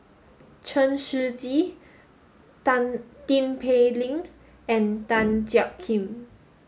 Chen Shiji Tan Tin Pei Ling and Tan Jiak Kim